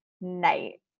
night